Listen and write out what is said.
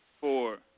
four